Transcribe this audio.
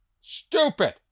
Stupid